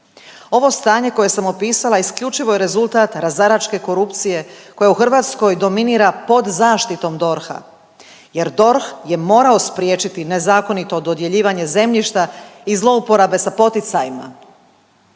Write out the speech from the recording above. Ovo stanje koje sam opisala isključivo je rezultat razaračke korupcije koja u Hrvatskoj dominira pod zaštitom DORH-a jer DORH je morao spriječiti nezakonito dodjeljivanje zemljišta i zlouporabe sa poticajima.